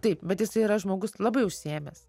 taip bet jisai yra žmogus labai užsiėmęs